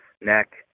neck